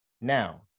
Now